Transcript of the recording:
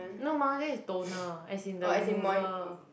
no mah that is toner as in the remover